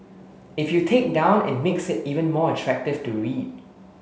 if you take down it makes it even more attractive to read